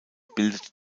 bildet